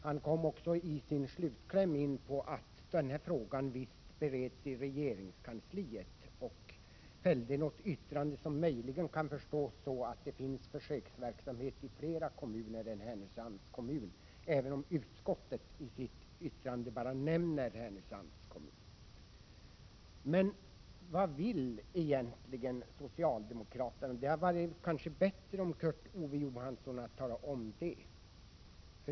Han kom också i sin slutkläm in på att frågan visst bereds i regeringskansliet och fällde något yttrande som möjligen kan förstås så att det finns försöksverksamhet i fler kommuner än Härnösand, även om utskottet i sitt yttrande bara nämner Härnösands kommun. Men vad vill egentligen socialdemokraterna? Det hade kanske varit bättre om Kurt Ove Johansson hade talat om det.